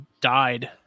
died